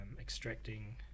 extracting